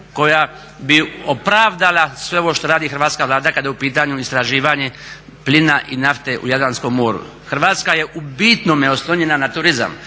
koja bi opravdala sve ovo što radi hrvatska Vlada kada je u pitanju daljnje istraživanje plina i nafte u Jadranskom moru. Hrvatska je u bitnome oslonjena na turizam,